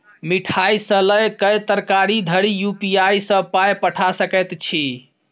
मिठाई सँ लए कए तरकारी धरि यू.पी.आई सँ पाय पठा सकैत छी